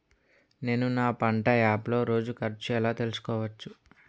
నేను నా పంట యాప్ లో రోజు ఖర్చు ఎలా తెల్సుకోవచ్చు?